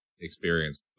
experience